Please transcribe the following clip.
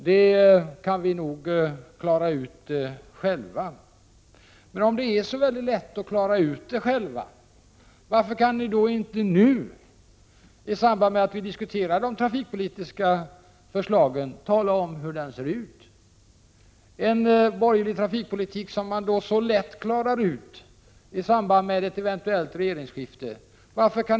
Det kunde de nog klara ut själva. Men om det är så lätt att klara ut det själva, varför kan ni då inte nu i samband med att vi diskuterar de trafikpolitiska förslagen, tala om hur en borgerlig trafikpolitik ser ut? Varför kan ni inte upplysa omvärlden om en borgerlig trafikpolitik, om ni så lätt klarar ut den i samband med ett eventuellt regeringsskifte?